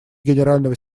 генерального